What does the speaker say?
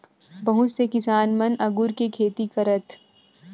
बहुत से किसान मन अगुर के खेती करथ